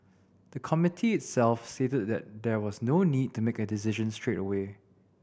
the Committee itself stated that there was no need to make a decision straight away